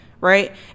right